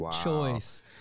choice